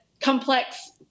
complex